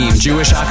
Jewish